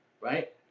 Right